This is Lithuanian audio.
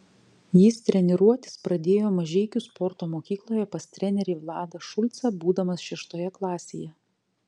jis treniruotis pradėjo mažeikių sporto mokykloje pas trenerį vladą šulcą būdamas šeštoje klasėje